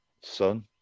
son